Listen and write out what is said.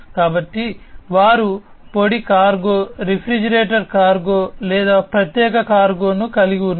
కాబట్టి వారు పొడి కార్గో రిఫ్రిజిరేటెడ్ కార్గో లేదా ప్రత్యేక కార్గోను కలిగి ఉన్నారు